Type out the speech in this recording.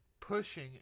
pushing